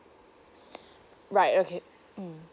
right okay mm